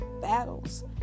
battles